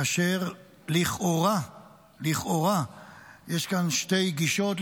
כאשר לכאורה יש שתי גישות,